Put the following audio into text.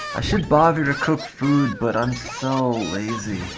should bother to cook food but um so